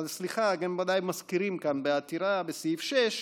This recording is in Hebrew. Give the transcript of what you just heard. סליחה, גם ודאי מזכירים כאן בעתירה, בסעיף 6,